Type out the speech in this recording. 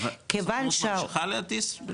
כיוון --- זו האחריות שלך להטיס?